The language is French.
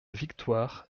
victoire